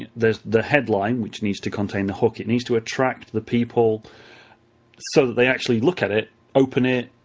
there's the headline, which needs to contain the hook. it needs to attack the people so they actually look at it, open it,